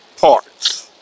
parts